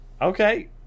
Okay